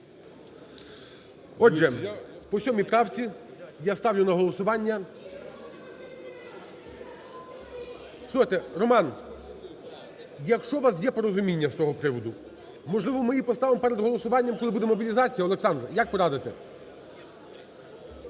Отже, по 7 правці я ставлю на голосування. Слухайте, Роман, якщо у вас є порозуміння з того приводу, можливо, ми її поставимо перед голосуванням, коли буде мобілізація. Олександр, як порадите?